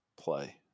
play